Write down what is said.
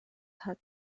hat